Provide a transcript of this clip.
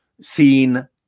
seen